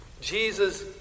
Jesus